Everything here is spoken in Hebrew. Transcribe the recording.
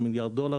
18 מיליארד דולר,